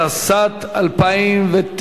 התשס"ט 2009,